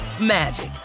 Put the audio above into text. magic